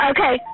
Okay